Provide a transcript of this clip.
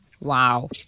Wow